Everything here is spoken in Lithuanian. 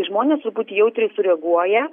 žmonės turbūt jautriai sureaguoja